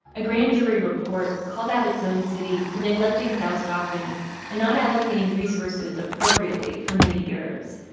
a grand jury report called out its own city for neglecting south stockton and not allocating resources appropriately for many years,